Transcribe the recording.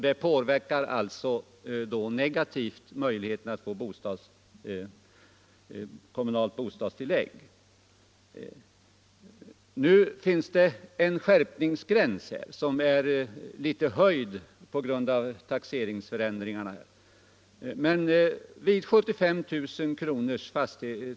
Detta påverkar alltså negativt möjligheterna att få kommunalt bostadstillägg. "Nu finns det en skärpningsgräns här, som har höjts något med anledning av ändringarna i taxeringsvärdena. Men vid 75 000 kr.